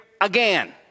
again